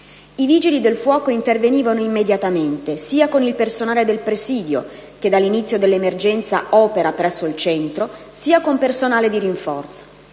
I Vigili del fuoco intervenivano immediatamente, sia con il personale del presidio, che dall'inizio dell'emergenza opera presso il centro, sia con il personale di rinforzo.